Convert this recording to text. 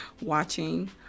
watching